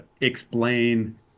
explain